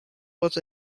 was